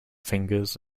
fingers